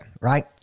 right